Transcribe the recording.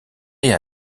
est